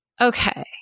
okay